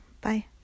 Bye